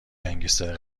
گنگستر